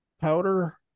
Powder